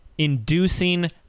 inducing